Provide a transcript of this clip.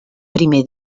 primer